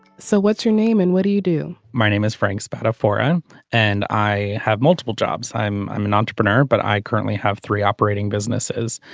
so what's your name and what do you do my name is frank spot a forum and i have multiple jobs. i'm. i'm an entrepreneur. but i currently have three operating businesses.